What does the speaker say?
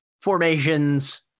formations